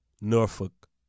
Norfolk